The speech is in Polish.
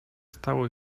stało